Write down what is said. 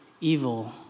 evil